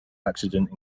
accident